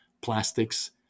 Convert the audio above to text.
plastics